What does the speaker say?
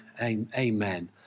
amen